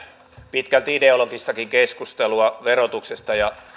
pitkälti ideologistakin keskustelua verotuksesta ja